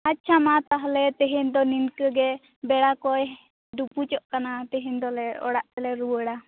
ᱟᱪᱪᱷᱟ ᱢᱟ ᱛᱟᱦᱚᱞᱮ ᱛᱮᱦᱮᱧ ᱫᱚ ᱱᱤᱱᱠᱟ ᱜᱮ ᱵᱮᱲᱟ ᱠᱚᱭ ᱰᱩᱵᱩᱡᱚᱜ ᱠᱟᱱᱟ ᱛᱮᱦᱮᱧ ᱫᱚᱞᱮ ᱚᱲᱟᱜ ᱛᱮᱞᱮ ᱨᱩᱣᱟᱹᱲᱟ